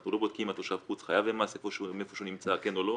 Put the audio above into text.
אנחנו לא בודקים אם תושב החוץ חייב במס איפה שהוא נמצא כן או לא.